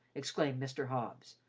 exclaimed mr. hobbs,